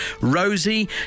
Rosie